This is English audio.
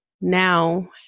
now